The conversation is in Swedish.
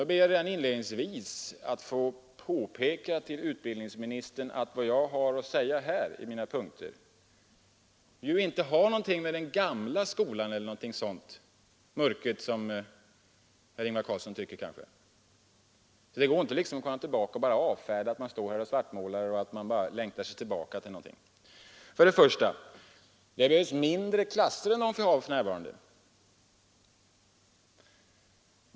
Jag ber emellertid att få påpeka för utbildningsministern att vad jag här har att säga på några punkter har inte någonting att göra med den gamla skolan eller något sådant som herr Ingvar Carlsson tycker är murket. Det går alltså inte att bara komma tillbaka och avfärda detta med att jag svartmålar och längtar tillbaka till någonting. Det behövs först och främst mindre klasser än vi har för närvarande.